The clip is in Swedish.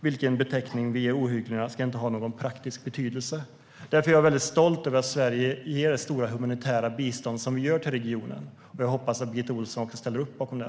Vilken beteckning vi ger ohyggligheterna ska inte ha någon praktisk betydelse. Därför är jag stolt över Sveriges stora humanitära bistånd till regionen. Jag hoppas att Birgitta Ohlsson ställer sig bakom det.